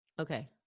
Okay